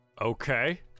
Okay